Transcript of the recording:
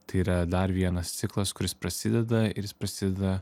tai yra dar vienas ciklas kuris prasideda ir jis prasideda